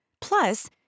Plus